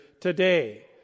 today